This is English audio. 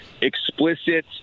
explicit